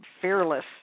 fearless